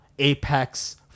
Apex